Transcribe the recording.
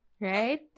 Right